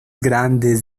grandes